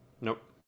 Nope